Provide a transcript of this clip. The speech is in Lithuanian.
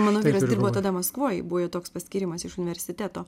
mano vyras dirbo tada maskvoj buvo jo toks paskyrimas iš universiteto